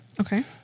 Okay